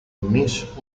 miss